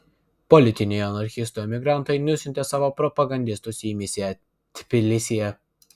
politiniai anarchistų emigrantai nusiuntė savo propagandistus į misiją tbilisyje